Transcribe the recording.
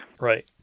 Right